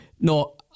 no